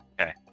okay